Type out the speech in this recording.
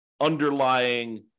underlying